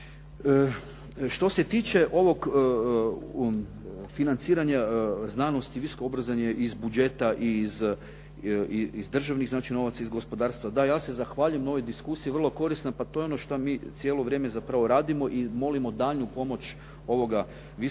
Što se tiče ovog financiranja znanosti i visokog obrazovanja iz budžeta i iz državnih znači novaca, iz gospodarstva. Da ja se zahvaljujem na ovoj diskusiji, vrlo je korisna. Pa to je ono što mi cijelo vrijeme zapravo radimo i molimo daljnju pomoć ovoga visokog tijela.